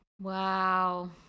Wow